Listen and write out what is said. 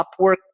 Upwork